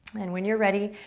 and when you're ready,